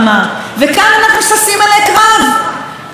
יד אחת מאיימת ויד שנייה,